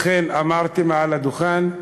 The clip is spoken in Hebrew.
אכן אמרתי מעל הדוכן,